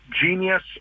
genius